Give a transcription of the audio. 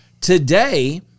today